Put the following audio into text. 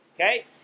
okay